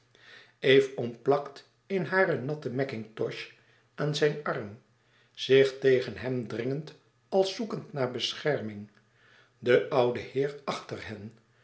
eve omplakt in haren natten mackintosh aan zijn arm zich tegen hem dringend als zoekend naar bescherming de oude heer achter hen